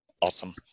Awesome